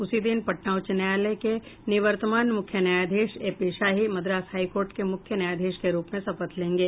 उसी दिन पटना उच्च न्यायालय के निवर्तमान मुख्य न्यायाधीश A P Shahi Madras high court के मुख्य न्यायाधीश के रूप में शपथ लेंगे